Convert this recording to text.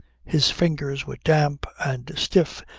his fingers were damp and stiff,